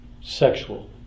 sexual